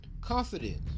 Confidence